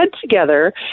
together